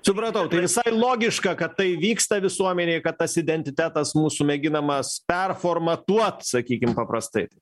supratau tai visai logiška kad tai vyksta visuomenėj kad tas identitetas mūsų mėginamas performatuot sakykim paprastai